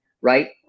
Right